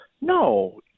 No